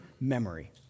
memory